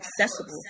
accessible